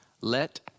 Let